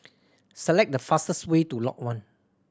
select the fastest way to Lot One